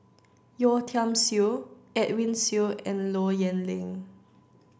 Yeo Tiam Siew Edwin Siew and Low Yen Ling